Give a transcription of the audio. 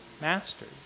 masters